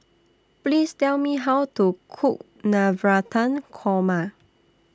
Please Tell Me How to Cook Navratan Korma